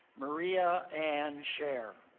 maria and cher